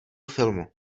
filmu